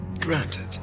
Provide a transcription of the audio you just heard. Granted